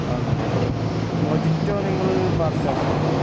അതൊന്നും ഇല്ല അല്ലെ മൊജിറ്റോ നിങ്ങൾ പാർസലാക്കുന്നുണ്ടോ